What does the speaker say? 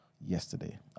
yesterday